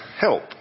help